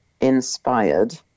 inspired